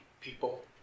people